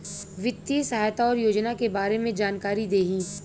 वित्तीय सहायता और योजना के बारे में जानकारी देही?